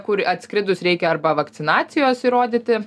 kur atskridus reikia arba vakcinacijos įrodyti